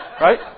Right